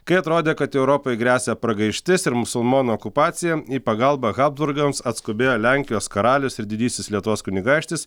kai atrodė kad europai gresia pragaištis ir musulmonų okupacija į pagalbą habsburgams atskubėjo lenkijos karalius ir didysis lietuvos kunigaikštis